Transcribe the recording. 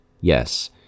yes